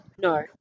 no